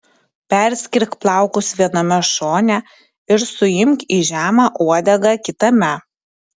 perskirk plaukus viename šone ir suimk į žemą uodegą kitame